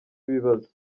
ibibazo